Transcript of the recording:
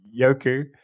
Yoku